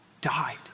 died